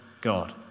God